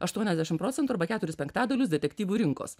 aštuoniasdešimt procentų arba keturis penktadalius detektyvų rinkos